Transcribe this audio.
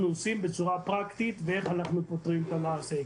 עושים בצורה פרקטית ואיך אנחנו פותרים את הנושא.